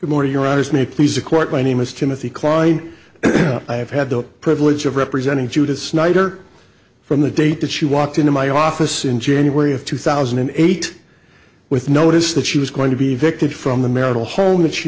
good morning your honors me please the court my name is timothy kline and i have had the privilege of representing judith snyder from the date that she walked into my office in january of two thousand and eight with notice that she was going to be a victim from the marital home that she